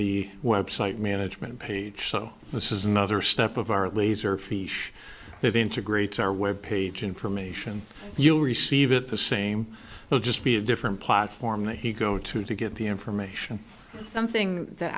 the web site management page so this is another step of our laser feature that integrates our web page information you'll receive it the same will just be a different platform that he go to to get the information something that